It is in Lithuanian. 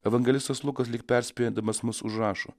evangelistas lukas lyg perspėnėdamas mus užrašo